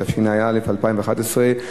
התשע"א 2011,